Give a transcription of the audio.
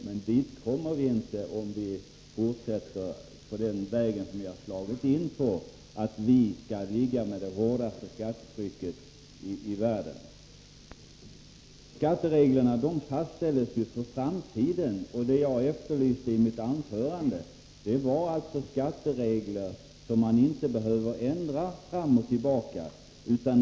Men dit kommer vi inte om vi fortsätter på den väg som vi slagit in på, nämligen att ha det hårdaste skattetrycket i världen. Skattereglerna fastställs ju för framtiden, och det jag efterlyste i mitt anförande var fasta skatteregler, som man inte behöver ändra fram och tillbaka.